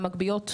מהמגביות,